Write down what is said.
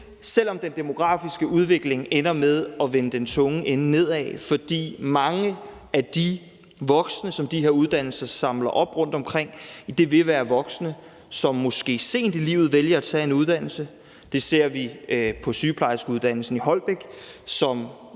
selv om den demografiske udvikling ender med at vende den tunge ende nedad, for mange af de voksne, som de her uddannelser samler op rundtomkring, vil være nogle, som måske sent i livet vælger at tage en uddannelse. Det ser vi på sygeplejerskeuddannelsen i Holbæk, som